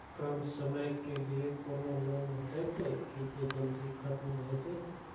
कम समय के लीये कोनो लोन भेटतै की जे जल्दी खत्म भे जे?